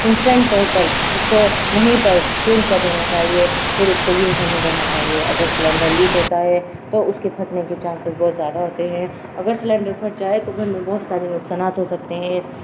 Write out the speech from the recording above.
instant طور پر اس کو وہیں پر چینج کر دینا چاہیے پھر اس کو یوز نہیں کرنا چاہیے اگر سلینڈر لیک ہوتا ہے تو اس کے پھٹنے کے چانسز بہت زیادہ ہوتے ہیں اگر سلینڈر پھٹ جائے تو گھر میں بہت سارے نقصانات ہو سکتے ہیں